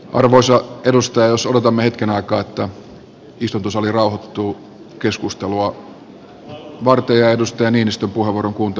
arvoisa edustaja jos odotamme hetken aikaa että istuntosali rauhoittuu keskustelua varten ja edustaja niinistön puheenvuoron kuuntelemista varten